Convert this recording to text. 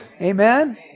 Amen